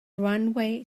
runway